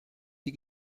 die